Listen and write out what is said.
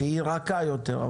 שהיא רכה יותר,